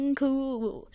cool